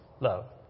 Love